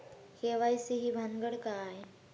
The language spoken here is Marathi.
के.वाय.सी ही भानगड काय?